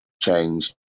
change